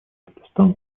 пакистан